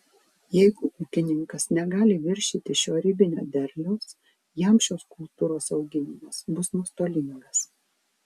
jeigu ūkininkas negali viršyti šio ribinio derliaus jam šios kultūros auginimas bus nuostolingas